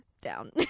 down